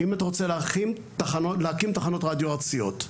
אם אתה רוצה להקים תחנות רדיו ארציות.